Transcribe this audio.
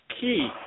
key